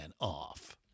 off